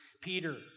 Peter